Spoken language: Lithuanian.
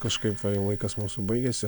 kažkaip laikas mūsų baigėsi